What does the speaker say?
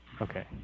okay